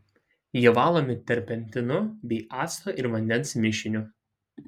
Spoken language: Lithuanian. jie valomi terpentinu bei acto ir vandens mišiniu